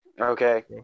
Okay